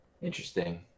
Interesting